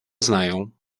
znają